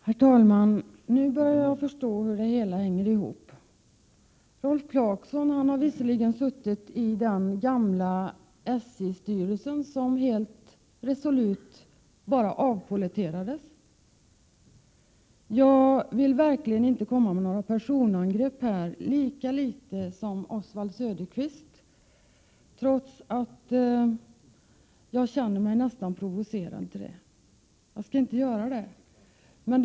Herr talman! Nu börjar jag förstå hur det hela hänger ihop. Rolf Clarkson har visserligen suttit i den gamla SJ-styrelsen som helt resolut bara avpolletterades. Jag vill verkligen inte göra några personangrepp -— lika litet som Oswald Söderqvist — trots att jag känner mig nästan provocerad till det. Men jag skall alltså inte göra några sådana angrepp.